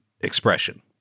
expression